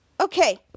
Okay